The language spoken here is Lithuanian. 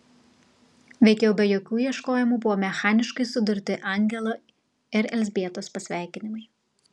veikiau be jokių ieškojimų buvo mechaniškai sudurti angelo ir elzbietos pasveikinimai